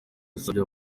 yasabye